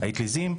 האטליזים,